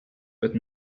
but